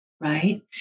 right